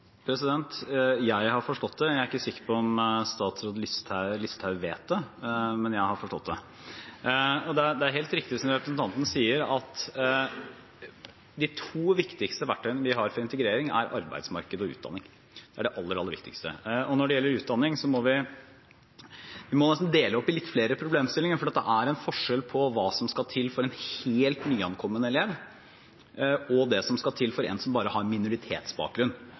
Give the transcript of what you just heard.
Jeg har forstått det. Jeg er ikke sikker på om statsråd Listhaug vet det, men jeg har forstått det. Det er helt riktig som representanten sier, at de to viktigste verktøyene vi har for integrering, er arbeidsmarked og utdanning. De er de aller, aller viktigste. Når det gjelder utdanning, må vi nesten dele opp i litt flere problemstillinger, for det er en forskjell på hva som skal til for en helt nyankommen elev, og hva som skal til for en som bare har minoritetsbakgrunn,